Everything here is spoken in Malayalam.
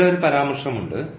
ഇവിടെ ഒരു പരാമർശമുണ്ട്